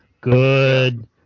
Good